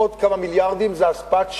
עוד כמה מיליארדים, זה השפעת שרשרת.